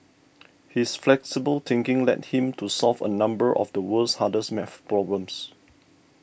his flexible thinking led him to solve a number of the world's hardest math problems